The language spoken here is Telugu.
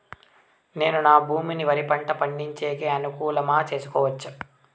నేను నా భూమిని వరి పంట పండించేకి అనుకూలమా చేసుకోవచ్చా?